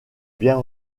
bien